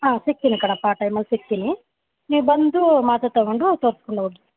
ಹಾಂ ಸಿಗ್ತೀನಿ ಕಣಪ್ಪ ಆ ಟೈಮಲ್ಲಿ ಸಿಗ್ತೀನಿ ನೀವು ಬಂದು ಮಾತ್ರೆ ತೊಗೊಂಡು ತೋರ್ಸ್ಕೊಂಡು ಹೋಗಿ